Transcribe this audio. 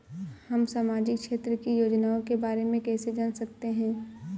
हम सामाजिक क्षेत्र की योजनाओं के बारे में कैसे जान सकते हैं?